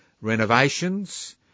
renovations